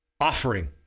offering